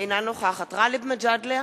אינה נוכחת גאלב מג'אדלה,